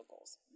goals